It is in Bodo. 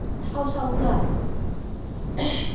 थाव साव होया